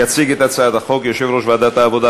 יציג את הצעת החוק יושב-ראש ועדת העבודה,